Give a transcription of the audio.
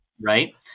Right